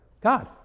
God